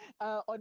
On